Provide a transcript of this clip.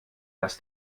dass